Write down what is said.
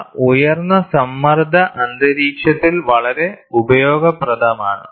അവ ഉയർന്ന സമ്മർദ്ദ അന്തരീക്ഷത്തിൽ വളരെ ഉപയോഗപ്രദമാണ്